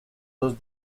los